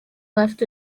left